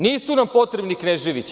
Nisu nam potrebni Kneževići.